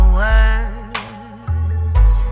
words